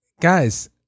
Guys